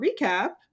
recap